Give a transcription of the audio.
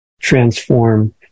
transform